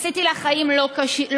עשיתי לך חיים לא קלים,